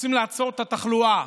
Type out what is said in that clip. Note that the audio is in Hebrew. רוצים לעצור את התחלואה.